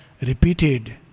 Repeated